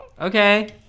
Okay